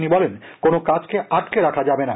তিনি বলেন কোনও কাজকে আটকে রাখা যাবে না